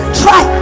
try